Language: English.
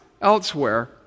elsewhere